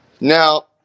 Now